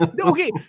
Okay